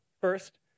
first